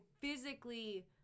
physically